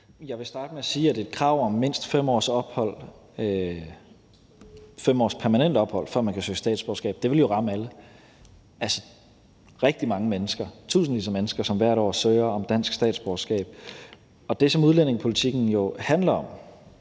Jeg vil starte med at sige, at et krav om mindst 5 års permanent ophold, før man kan søge statsborgerskab, jo ville ramme alle, altså rigtig mange mennesker, tusindvis af mennesker, som hvert år søger om dansk statsborgerskab. Og det, som udlændingepolitikken jo handler om,